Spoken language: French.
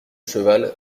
cheval